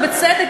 ובצדק,